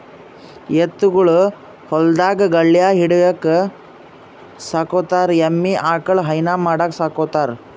ಎತ್ತ್ ಗೊಳ್ ಹೊಲ್ದಾಗ್ ಗಳ್ಯಾ ಹೊಡಿಲಿಕ್ಕ್ ಸಾಕೋತಾರ್ ಎಮ್ಮಿ ಆಕಳ್ ಹೈನಾ ಮಾಡಕ್ಕ್ ಸಾಕೋತಾರ್